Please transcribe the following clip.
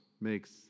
makes